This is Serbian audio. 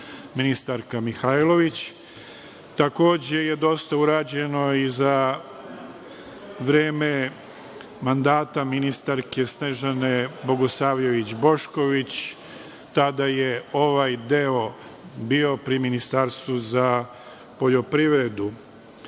ministarka Mihajlović. Takođe, je dosta urađeno i za vreme mandata ministarke Snežane Bogosavljević Bošković, tada je ovaj deo bio pri Ministarstvu za poljoprivredu.